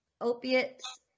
opiates